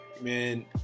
man